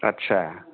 आच्चा